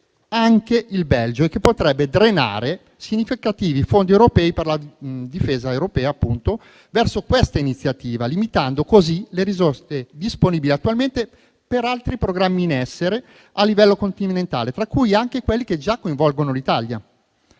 anche il Belgio e che potrebbe drenare significativi fondi europei per la difesa europea verso questa iniziativa, limitando così le risorse disponibili attualmente per altri programmi in essere a livello continentale, tra cui anche quelli che già coinvolgono l'Italia.